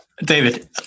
David